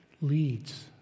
leads